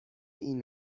این